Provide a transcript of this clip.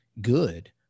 good